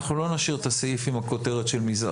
אנחנו לא נשאיר את הסעיף עם הכותרת של מזערית.